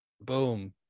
boom